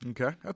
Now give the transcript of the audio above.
Okay